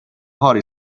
hearty